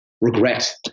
regret